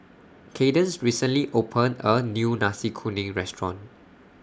Kaydence recently opened A New Nasi Kuning Restaurant